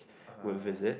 would visit